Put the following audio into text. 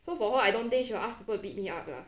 so for her I don't think she will ask people to beat me up lah